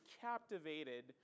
captivated